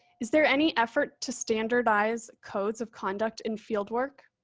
is there any effort to standardize codes of conduct and fieldwork.